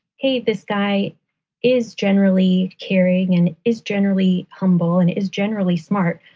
hey, this guy is generally caring and is generally humble and is generally smart,